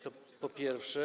To po pierwsze.